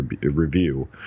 review